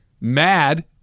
Mad